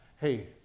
Hey